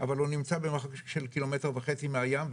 אבל נמצא במרחק של קילומטר וחצי מהים,